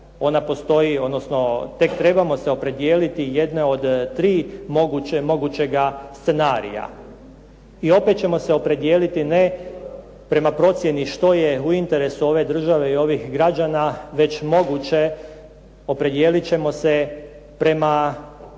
ona postoji, odnosno tek trebamo se opredijeliti jedne od tri mogućega scenarija. I opet ćemo se opredijeliti ne prema procjeni što je u interesu ove države i ovih građana, već moguće opredijeliti ćemo se prema trenutnoj